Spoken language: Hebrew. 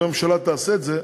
אם הממשלה תעשה את זה,